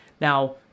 now